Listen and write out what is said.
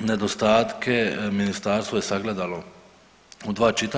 nedostatke ministarstvo je sagledalo u dva čitanja.